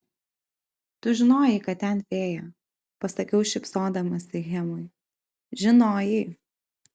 tu žinojai kad ten fėja pasakiau šypsodamasi hemui žinojai